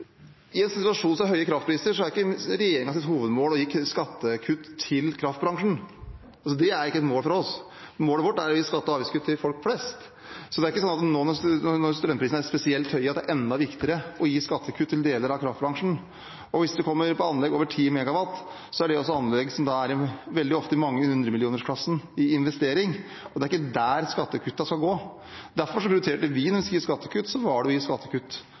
I en situasjon med høye kraftpriser er ikke regjeringens hovedmål å gi skattekutt til kraftbransjen. Det er ikke et mål for oss. Målet vårt er å gi skatte- og avgiftskutt til folk flest. Så det er ikke sånn at nå, når strømprisene er spesielt høye, er det enda viktigere å gi skattekutt til deler av kraftbransjen. Hvis det kommer på anlegg over 10 MW, er det også anlegg som veldig ofte er i mange hundremillionersklassen når det gjelder investering, og det er ikke dit skattekuttene skal gå. Derfor prioriterte vi, da vi skulle gi skattekutt, å kutte i